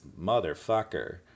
Motherfucker